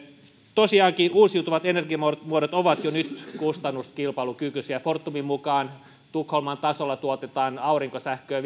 tosiaankin uusiutuvat energiamuodot ovat jo nyt kustannuskilpailukykyisiä fortumin mukaan tukholman tasolla tuotetaan aurinkosähköä